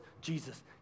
Jesus